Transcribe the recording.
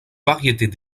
variétés